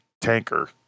tanker